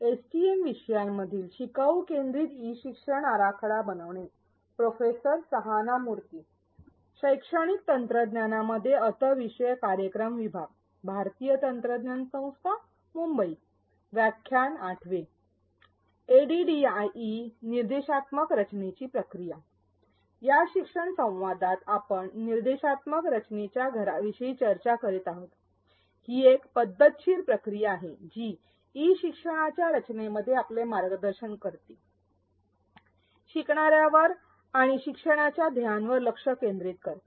या शिक्षण संवादात आपण निर्देशात्मक रचनेच्या घराविषयी चर्चा करीत आहोत ही एक पद्धतशीर प्रक्रिया आहे जी ई शिक्षणाच्या रचनेमध्ये आपले मार्गदर्शन करते शिकणार्यावर आणि शिक्षणाचा ध्येयांवर लक्ष केंद्रित करते